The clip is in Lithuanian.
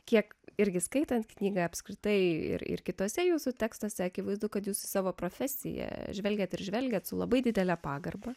kiek irgi skaitant knygą apskritai ir ir kituose jūsų tekstuose akivaizdu kad jūs savo profesiją žvelgiate ir žvelgiate su labai didele pagarba